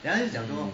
mm